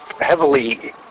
heavily